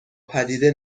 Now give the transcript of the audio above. پدیده